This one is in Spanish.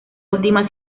última